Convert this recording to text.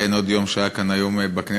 אציין עוד יום שהיה כאן היום בכנסת,